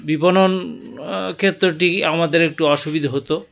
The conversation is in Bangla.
বিপণন ক্ষেত্রটি আমাদের একটু অসুবিধে হতো